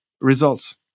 results